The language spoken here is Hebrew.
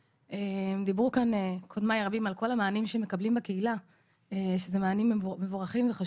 דברו קודמיי על כל המענים שמקבלים בקהילה שהם מענים חשובים ומבורכים.